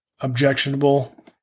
objectionable